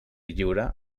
lliure